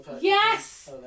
Yes